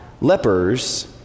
lepers